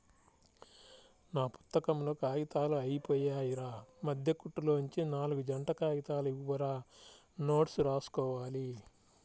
నా పుత్తకంలో కాగితాలు అయ్యిపొయ్యాయిరా, మద్దె కుట్టులోనుంచి నాల్గు జంట కాగితాలు ఇవ్వురా నోట్సు రాసుకోవాలి